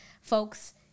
folks